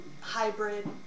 hybrid